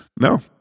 No